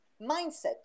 mindset